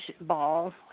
ball